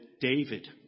David